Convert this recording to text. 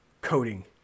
coding